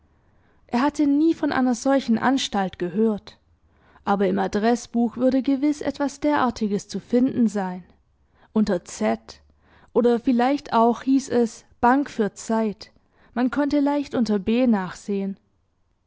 er hatte nie von einer solchen anstalt gehört aber im adreßbuch würde gewiß etwas derartiges zu finden sein unter z oder vielleicht auch hieß es bank für zeit man konnte leicht unter b nachsehen